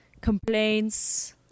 complaints